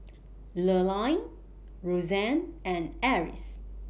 Lurline Rozanne and Eris